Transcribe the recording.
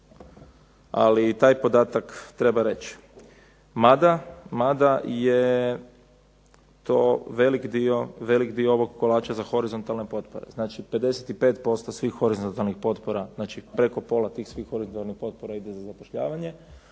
ali taj podatak treba reći, mada je to velik dio ovog kolača za horizontalne potpore. Znači, 55% svih horizontalnih potpora, znači preko pola tih svih horizontalnih potpora ide za zapošljavanje.